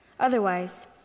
Otherwise